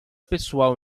pessoal